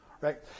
right